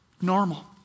normal